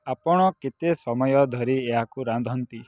ଆପଣ କେତେ ସମୟ ଧରି ଏହାକୁ ରାନ୍ଧନ୍ତି